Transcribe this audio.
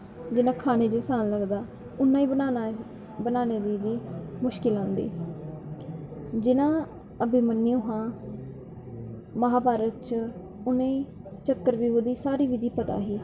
जिन्ना एह् खाने च आसान लगदा उन्ना एह् बनाने दी बी मुश्किल आंदी जेह्ड़ा अभिमनयू हा महाभारत च उनेंगी चक्करव्यू दी सारी विधि पता ही